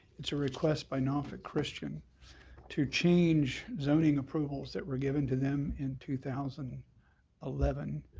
it's a request by norfolk christian to change zoning approvals that were given to them in two thousand eleven.